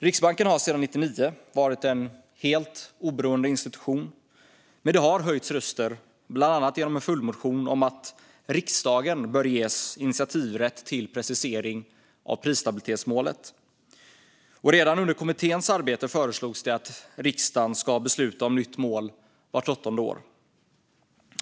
Riksbanken har sedan 1999 varit en helt oberoende institution, men det har höjts röster - bland annat genom en följdmotion - om att riksdagen bör ges initiativrätt till precisering av prisstabilitetsmålet. Redan under kommitténs arbete föreslogs det att riksdagen ska besluta om ett nytt mål vart åttonde år.